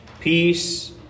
Peace